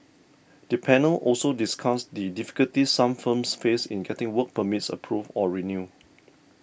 the panel also discussed the difficulties some firms faced in getting work permits approved or renewed